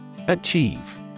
Achieve